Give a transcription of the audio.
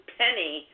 penny